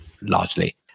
largely